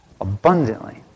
abundantly